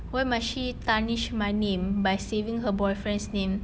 why must she tarnish my name by saving her boyfriend's name